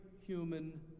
human